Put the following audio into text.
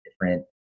different